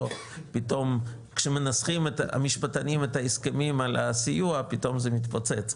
או פתאום כשמנסחים המשפטנים את ההסכמים על הסיוע פתאום זה מתפוצץ.